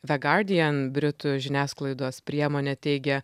the guardian britų žiniasklaidos priemonė teigia